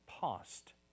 past